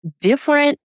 different